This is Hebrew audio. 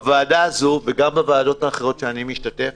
על מה היא השתכנעה?